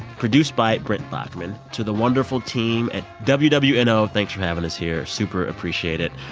produced by brent baughman. to the wonderful team at wwno, but you know thanks for having us here super appreciate it.